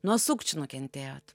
nuo sukčių nukentėjot